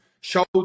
show